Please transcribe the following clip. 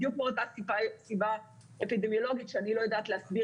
בדיוק מאותה סיבה אפידמיולוגית שאני לא יודעת להסביר